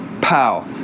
Pow